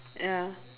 ya